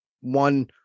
one